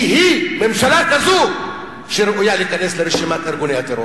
ממשלה כזו היא היא שראויה להיכנס לרשימת ארגוני הטרור.